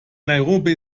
nairobi